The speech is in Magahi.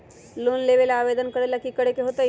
लोन लेबे ला आवेदन करे ला कि करे के होतइ?